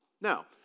Now